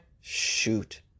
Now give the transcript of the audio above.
Shoot